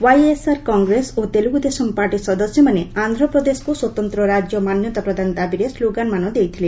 YSR Congress ଓ Telugu Desam party ସଦସ୍ୟମାନେ ଆନ୍ଧ୍ରପ୍ରଦେଶକୁ ସ୍ୱତନ୍ତ୍ର ରାଜ୍ୟ ମାନ୍ୟତା ପ୍ରଦାନ ଦାବିରେ ସ୍କୋଗାନମାନ ଦେଇଥିଲେ